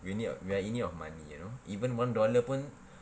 we are in need we are in need of money you know even one dollar pun